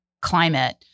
climate